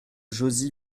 josy